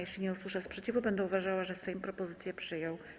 Jeśli nie usłyszę sprzeciwu, będę uważała, że Sejm propozycję przyjął.